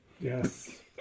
Yes